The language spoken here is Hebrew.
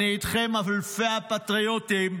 אני איתכם, אלפי הפטריוטים,